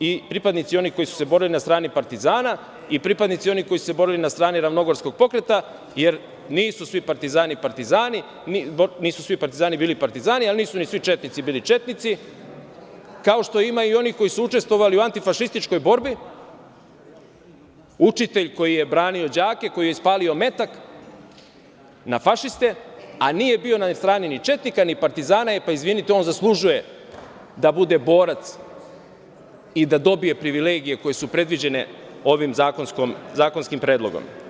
i pripadnici oni koji su se borili na strani partizana i pripadnici onih koji su se borili na strani Ravnogorskog pokreta, jer nisu svi partizani bili partizani, ali nisu ni svi četnici bili četnici, kao što ima i onih koji su učestvovali u antifašističkoj borbi, učitelj koji je branio đake, koji je ispalio metak na fašiste, a nije bio na strani ni četnika ni partizana, e pa izvinite, on zaslužuje da bude borac i da dobije privilegije koje su predviđene ovim zakonskim predlogom.